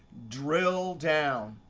drill down.